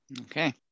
Okay